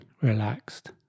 relaxed